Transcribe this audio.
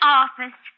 office